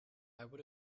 would